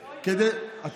כדי, מי צופה?